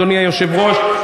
אדוני היושב-ראש,